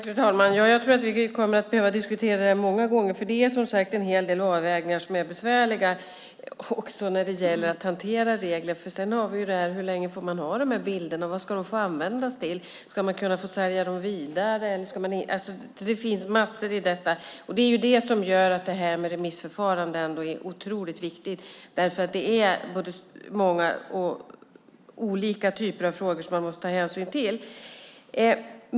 Fru talman! Jag tror att vi kommer att behöva diskutera det här många gånger. Det är som sagt en hel del avvägningar som är besvärliga också när det gäller att hantera regler. Det handlar ju också om hur länge man ska få ha bilderna och vad de ska få användas till. Ska man kunna få sälja dem vidare? Det finns massor i detta. Det är det som gör att det är otroligt viktigt med remissförfarande. Det finns så många och så många olika typer av frågor som man måste ta hänsyn till.